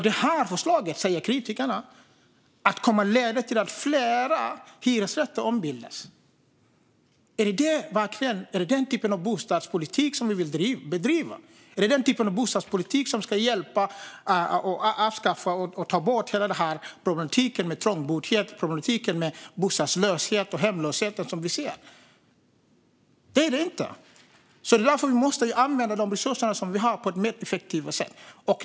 Det här förslaget säger kritikerna kommer att leda till att fler hyresrätter ombildas. Är det den typen av bostadspolitik som vi vill bedriva? Är det den typen av bostadspolitik som ska avskaffa hela problematiken med trångboddhet och hemlöshet? Det är det inte, och därför måste vi använda de resurser som vi har på ett mer effektivt sätt.